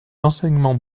enseignements